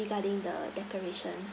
regarding the decorations